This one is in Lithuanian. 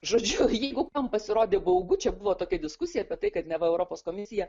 žodžiu jeigu kam pasirodė baugu čia buvo tokia diskusija apie tai kad neva europos komisija